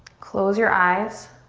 close your eyes.